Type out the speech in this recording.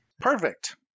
Perfect